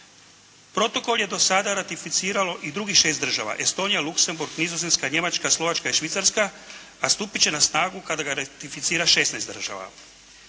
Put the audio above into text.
Protokol je do sada ratificiralo i drugih 6 država; Estonija, Luksemburg, Nizozemska, Njemačka, Slovačka i Švicarska a stupit će na snagu kada ga ratificira 16 država.